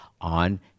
on